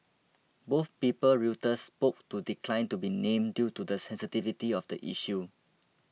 both people Reuters spoke to declined to be named due to the sensitivity of the issue